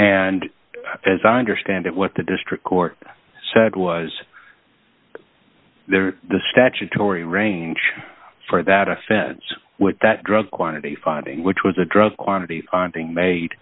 and as i understand it what the district court said was the statutory range for that offense with that drug quantity finding which was a drug quantity on thing made